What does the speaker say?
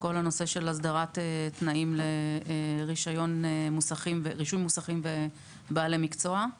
כל הנושא של הסדרת תנאים לרישוי מוסכים ובעלי מקצוע;